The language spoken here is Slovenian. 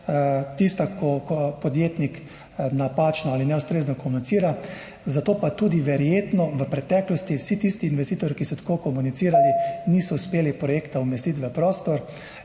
tista, ko podjetnik napačno ali neustrezno komunicira. Zato pa tudi verjetno v preteklosti vsi tisti investitorji, ki so tako komunicirali, niso uspeli projekta umestiti v prostor.